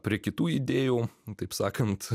prie kitų idėjų taip sakant